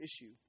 issue